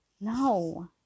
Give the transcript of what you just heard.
No